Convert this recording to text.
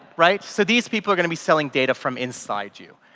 right. so these people are going to be selling data from inside you,